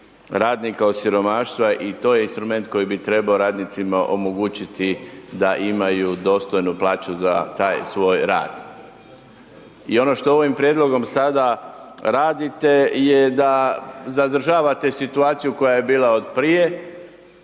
radnika od siromaštva i to je instrument koji bi trebao radnicima omogućiti da imaju dostojnu plaću za taj svoj rad. I ono što ovim prijedlogom sada radite je da zadržavate situaciju koja je bila od prije,